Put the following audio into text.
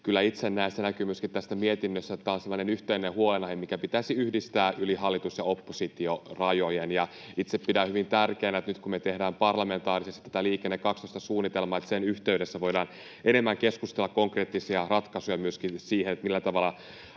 Kyllä itse näen, ja se näkyy myöskin tästä mietinnöstä, että tämä on sellainen yhteinen huolenaihe, minkä pitäisi yhdistää yli hallitus—oppositio-rajojen. Ja itse pidän hyvin tärkeänä, että nyt kun me tehdään parlamentaarisesti tätä Liikenne 12 ‑suunnitelmaa, sen yhteydessä voidaan enemmän keskustella konkreettisista ratkaisuista myöskin siihen, millä tavalla